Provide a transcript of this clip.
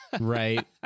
Right